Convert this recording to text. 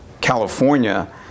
California